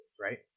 right